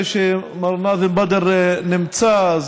שמר נאזם בדר נמצא,